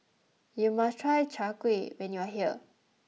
you must try Chai Kuih when you are here